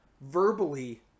verbally